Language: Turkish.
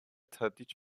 tadiç